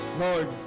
Lord